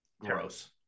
Gross